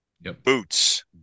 boots